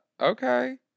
okay